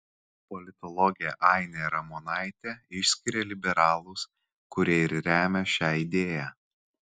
politologė ainė ramonaitė išskiria liberalus kurie ir remia šią idėją